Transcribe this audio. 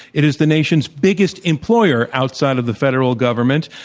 it is the nation's biggest employer outside of the federal government.